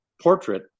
portrait